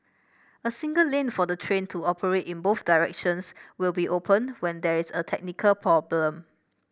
a single lane for the train to operate in both directions will be open when there is a technical problem